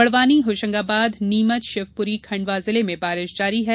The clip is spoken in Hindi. बड़वानी होशंगाबाद नीमच शिवपुरी खण्डवा जिले में बारिश जारी है